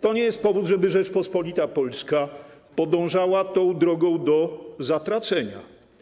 to nie jest powód, żeby Rzeczpospolita Polska podążała tą drogą do zatracenia.